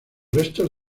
restos